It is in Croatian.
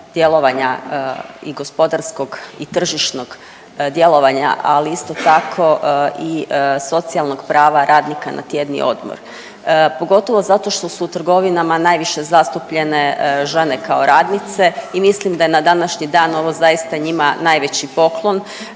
i gospodarskog i tržišnog djelovanja, ali isto tako i socijalnog prava radnika na tjedni odmor. Pogotovo zato što su u trgovinama najviše zastupljene žene kao radnice i mislim da je na današnji dan ovo zaista njima najveći poklon.